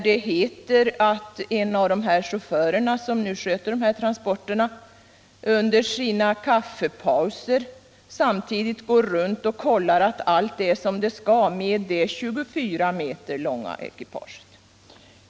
Det heter där att en av chaufförerna som sköter dessa transporter under kaffepauser samtidigt går runt och kollar att allt är som det skall med det 24 meter långa ekipaget.